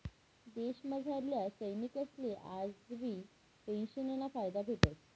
देशमझारल्या सैनिकसले आजबी पेंशनना फायदा भेटस